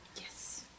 yes